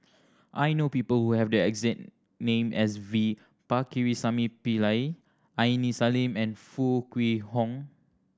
I know people who have the exact name as V Pakirisamy Pillai Aini Salim and Foo Kwee Horng